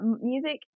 music